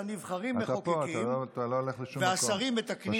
אני אומר שהנבחרים מחוקקים והשרים מתקנים תקנות,